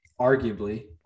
Arguably